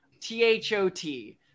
T-H-O-T